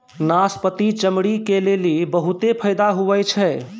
नाशपती चमड़ी के लेली बहुते फैदा हुवै छै